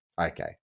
Okay